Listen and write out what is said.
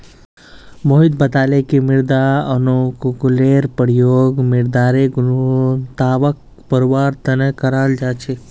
मोहित बताले कि मृदा अनुकूलककेर प्रयोग मृदारेर गुणवत्ताक बढ़वार तना कराल जा छेक